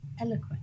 eloquent